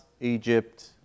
Egypt